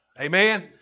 Amen